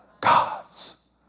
God's